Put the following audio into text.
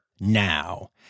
now